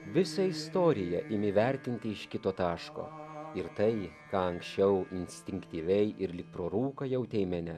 visą istoriją imi vertinti iš kito taško ir tai ką anksčiau instinktyviai ir lyg pro rūką jautei mene